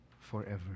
forever